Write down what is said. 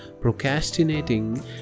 procrastinating